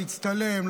להצטלם,